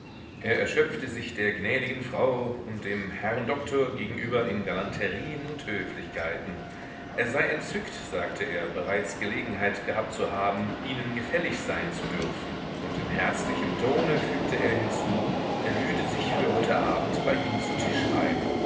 er erschöpfte sich der gnädigen frau und dem herrn doktor gegenüber in galanterien und höflichkeiten er sei entzückt sagte er bereits gelegenheit gehabt zu haben ihnen gefällig sein zu dürfen und in herzlichem tone fügte er hinzu er lüde sich für heute bei ihnen zu tisch ein